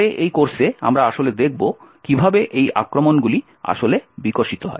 পরে এই কোর্সে আমরা আসলে দেখব কিভাবে এই আক্রমণগুলো আসলে বিকশিত হয়